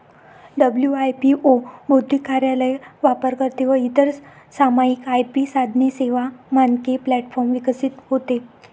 WIPO बौद्धिक कार्यालय, वापरकर्ते व इतर सामायिक आय.पी साधने, सेवा, मानके प्लॅटफॉर्म विकसित होते